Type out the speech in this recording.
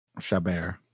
Chabert